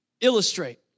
illustrate